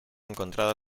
encontrada